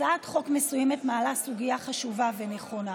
הצעת חוק מסוימת מעלה סוגיה חשובה ונכונה,